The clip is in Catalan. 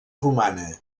romana